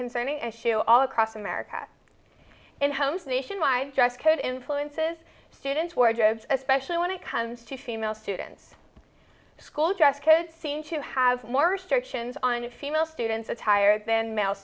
concerning issue all across america in homes nationwide dress code influences students wardrobes especially when it comes to female students school dress codes seem to have more restrictions on a female students attire